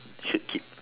should keep